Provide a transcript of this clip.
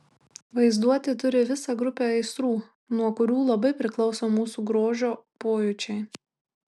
vaizduotė turi visą grupę aistrų nuo kurių labai priklauso mūsų grožio pojūčiai